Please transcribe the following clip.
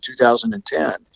2010